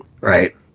right